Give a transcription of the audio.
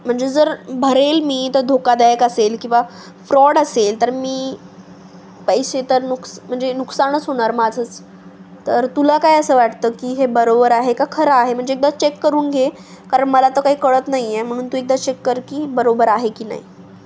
म्हणजे जर भरेल मी तर धोकादायक असेल किंवा फ्रॉड असेल तर मी पैसे तर नुकस म्हणजे नुकसानच होणार माझंच तर तुला काय असं वाटतं की हे बरोबर आहे का खरं आहे म्हणजे एकदा चेक करून घे कारण मला तर काही कळत नाही आहे म्हणून तू एकदा चेक कर की बरोबर आहे की नाही